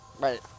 Right